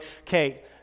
Okay